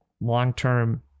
long-term